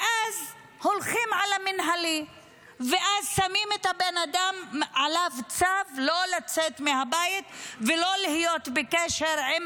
הולכים על המינהלי ושמים צו על הבן-אדם לא לצאת מהבית ולא להיות בקשר עם